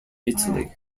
italy